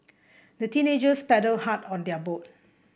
the teenagers paddled hard on their boat